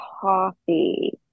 coffee